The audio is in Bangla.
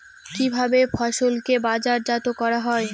কিভাবে ফসলকে বাজারজাত করা হয়?